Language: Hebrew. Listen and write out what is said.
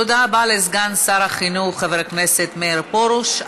תודה רבה לסגן שר החינוך חבר הכנסת מאיר פרוש.